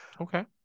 Okay